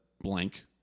blank